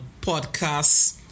podcasts